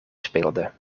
speelde